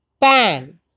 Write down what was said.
pan